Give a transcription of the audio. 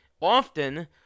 often